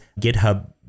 GitHub